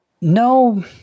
No